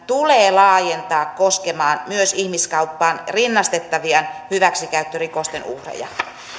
tulee laajentaa koskemaan myös ihmiskauppaan rinnastettavien hyväksikäyttörikosten uhreja